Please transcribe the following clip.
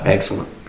Excellent